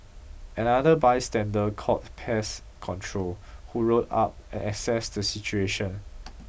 another bystander called pest control who rolled up and assessed the situation